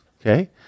Okay